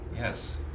Yes